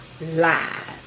live